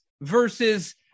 versus